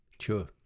Sure